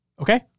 Okay